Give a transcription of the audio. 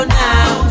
now